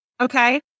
okay